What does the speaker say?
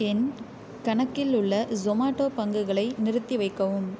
என் கணக்கில் உள்ள ஜொமேட்டோ பங்குகளை நிறுத்தி வைக்கவும்